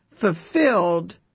fulfilled